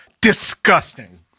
Disgusting